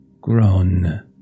grown